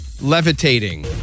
Levitating